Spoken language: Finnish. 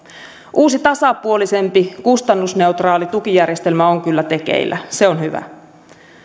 uusi tasapuolisempi kustannusneutraali tukijärjestelmä on kyllä tekeillä se on hyvä